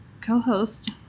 co-host